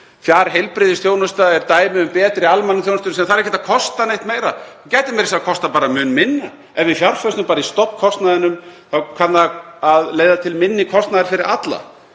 Fjarheilbrigðisþjónusta er dæmi um betri almannaþjónustu sem þarf ekki að kosta neitt meira, gæti meira að segja kostað mun minna. Ef við fjárfestum bara í stofnkostnaðinum kann það að leiða til minni kostnaðar fyrir alla,